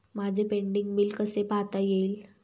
माझे pending bill कसे पाहता येईल?